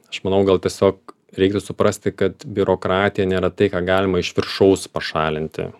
aš manau gal tiesiog reiktų suprasti kad biurokratija nėra tai ką galima iš viršaus pašalinti